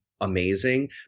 amazing